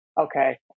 okay